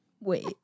Wait